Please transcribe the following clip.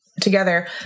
together